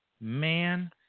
man